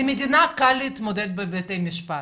למדינה קל להתמודד בבתי משפט,